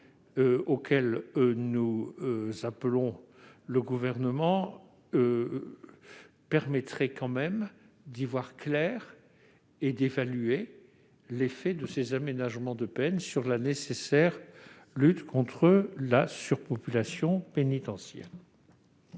lequel nous appelons l'attention du Gouvernement, permettrait d'y voir clair et d'évaluer l'effet de ces aménagements de peine sur la nécessaire lutte contre la surpopulation pénitentiaire.